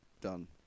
done